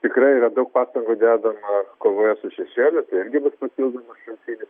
tikrai yra daug pastangų dedama kovoje su šešėliu irgi bus papildomas šaltinis